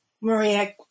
Maria